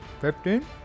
Fifteen